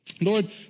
Lord